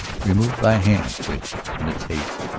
removed by a hand which, in its haste,